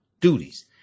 duties